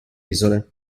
isole